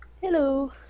Hello